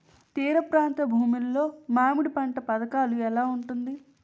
తీర ప్రాంత భూమి లో మామిడి పంట పథకాల ఎలా ఉంటుంది?